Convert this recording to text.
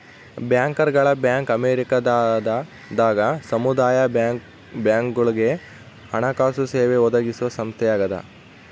ಬ್ಯಾಂಕರ್ಗಳ ಬ್ಯಾಂಕ್ ಅಮೇರಿಕದಾಗ ಸಮುದಾಯ ಬ್ಯಾಂಕ್ಗಳುಗೆ ಹಣಕಾಸು ಸೇವೆ ಒದಗಿಸುವ ಸಂಸ್ಥೆಯಾಗದ